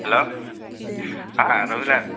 हेल' रहिलाल